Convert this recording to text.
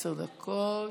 עשר דקות.